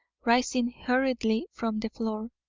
rising hurriedly from the floor,